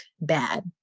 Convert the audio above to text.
bad